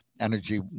energy